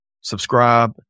subscribe